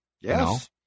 Yes